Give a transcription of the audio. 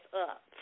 up